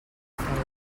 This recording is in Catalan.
feina